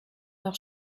noch